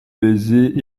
baisers